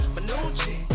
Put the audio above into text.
Manucci